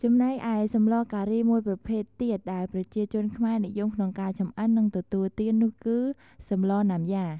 ចំណែកឯសម្លការីមួយប្រភេទទៀតដែលប្រជាជនខ្មែរនិយមក្នុងការចម្អិន និងទទួលទាននោះគឺ សម្លណាំយ៉ា។